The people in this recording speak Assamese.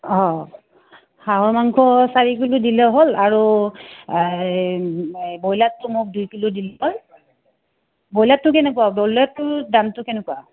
অঁ হাঁহৰ মাংস চাৰি কিলো দিলে হ'ল আৰু ব্ৰইলাৰটো মোক দুই কিলো দিলে হ'ল ব্ৰইলাৰটো কেনেকুৱা ব্ৰইলাৰটোৰ দামটো কেনেকুৱা